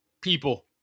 People